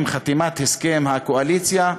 עם חתימת הסכם הקואליציה,